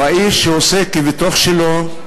שעושה כבתוך שלו,